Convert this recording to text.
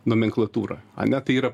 nomenklatūra ane tai yra